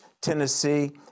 Tennessee